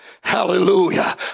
Hallelujah